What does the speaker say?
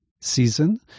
season